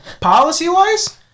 Policy-wise